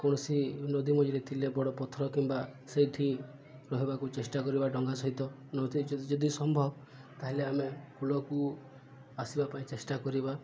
କୌଣସି ନଦୀ ମଝିରେ ଥିଲେ ବଡ଼ ପଥର କିମ୍ବା ସେଇଠି ରହିବାକୁ ଚେଷ୍ଟା କରିବା ଡଙ୍ଗା ସହିତ ନଦୀ ଯଦି ସମ୍ଭବ ତାହେଲେ ଆମେ କୂଳକୁ ଆସିବା ପାଇଁ ଚେଷ୍ଟା କରିବା